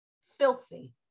filthy